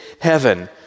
heaven